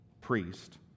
priest